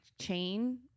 chain